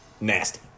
nasty